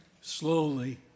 slowly